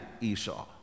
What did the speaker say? esau